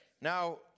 Now